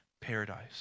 paradise